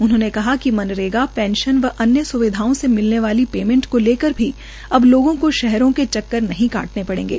उन्होंने कहा कि मनरेगा पेंशन और अन्य स्विधाओं से मिलने वाली पेमेंट को लेकर भी अब लोगों को शहरों के चक्कर नहीं काटने पड़ेंगे